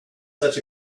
such